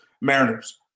Mariners